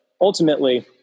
Ultimately